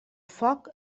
foc